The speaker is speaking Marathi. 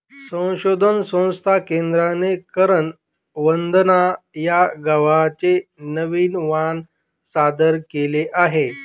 संशोधन संस्था केंद्राने करण वंदना या गव्हाचे नवीन वाण सादर केले आहे